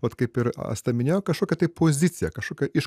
vat kaip ir asta minėjo kažkokią tai poziciją kažkokią iš